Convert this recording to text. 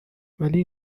ولی